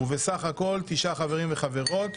בסך הכול תשעה חברים וחברות.